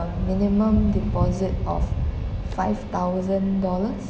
minimum deposit of five thousand dollars